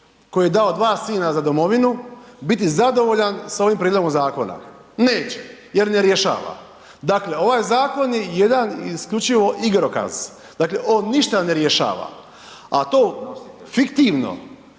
koji je dao dva sina za Domovinu, biti zadovoljan sa ovim prijedlogom Zakona? Neće, jer ne rješava. Dakle ovaj Zakon je jedan isključivo igrokaz, dakle, on ništa ne rješava, a to fiktivno